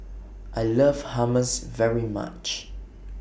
I like Hummus very much